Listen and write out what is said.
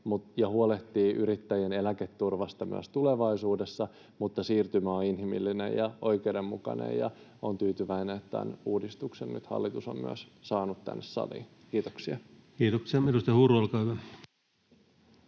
huolehtii yrittäjien eläketurvasta myös tulevaisuudessa, mutta siirtymä on inhimillinen ja oikeudenmukainen. Olen tyytyväinen, että hallitus on nyt tämän uudistuksen saanut tänne saliin. — Kiitoksia. Kiitoksia. — Edustaja Huru, olkaa hyvä.